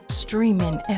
streaming